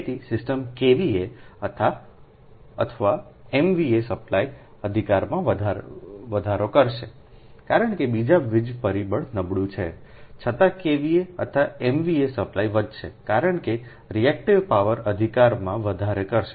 તેથી system KVA અથવા MVA supply અધિકારમાં વધારો કરશે કારણ કે જો વીજ પરિબળ નબળું છે છતાં KVA અથવા એમવીએ સપ્લાય વધશે કારણ કે રિએક્ટિવ પાવર અધિકારમાં વધારો કરશે